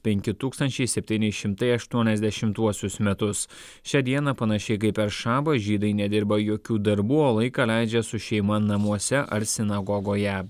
penki tūkstančiai septyni šimtai aštuoniasdešimtuosius metus šią dieną panašiai kaip per šabą žydai nedirba jokių darbų o laiką leidžia su šeima namuose ar sinagogoje